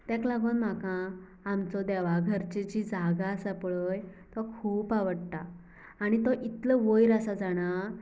ताका लागोन म्हाका आमचो देवाघरची जी जागा आसा पळय तो खूब आवडटा आनी तो इतलो वयर आसा जाणां